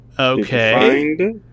Okay